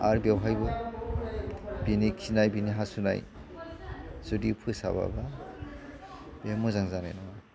आरो बेवहायबो बेनि खिनाय बेनि हासुनाय जुदि फोसाबाबा बे मोजां जानाय नंङा